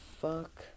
fuck